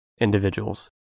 individuals